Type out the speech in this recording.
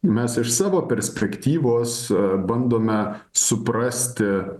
mes iš savo perspektyvos bandome suprasti